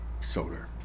soda